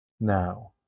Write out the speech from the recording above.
Now